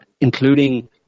including